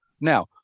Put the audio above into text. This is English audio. Now